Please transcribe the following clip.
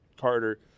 Carter